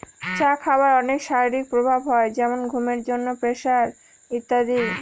চা খাবার অনেক শারীরিক প্রভাব হয় যেমন ঘুমের জন্য, প্রেসার ইত্যাদি